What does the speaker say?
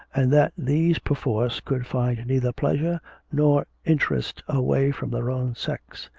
and that these perforce could find neither pleasure nor interest away from their own sex.